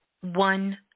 one